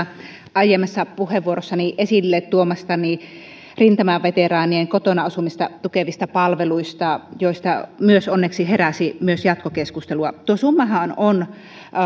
aiemmassa puheenvuorossani esille tuomistani rintamaveteraanien kotona asumista tukevista palveluista joista onneksi heräsi myös jatkokeskustelua tuo summahan on